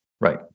Right